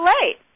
late